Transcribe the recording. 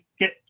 get